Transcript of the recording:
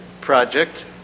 project